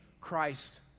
Christ